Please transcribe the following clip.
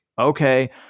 okay